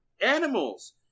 animals